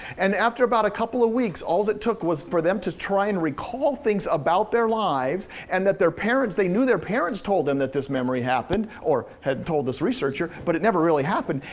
and after about a couple of weeks, all it took was for them to try and recall things about their lives, and that their parents, they knew their parents told them that this memory happened, or had told this researcher, but it never really happened,